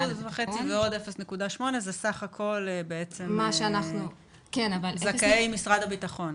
1.5% ועוד 0.8% זה סך הכול זכאי משרד הביטחון.